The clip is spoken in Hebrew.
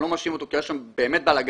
אני לא מאשים אותו כי היה שם באמת בלגאן.